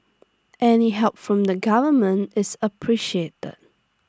any help from the government is appreciated